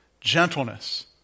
gentleness